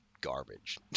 garbage